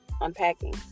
unpacking